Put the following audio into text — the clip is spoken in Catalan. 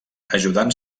ajudant